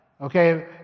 Okay